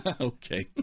Okay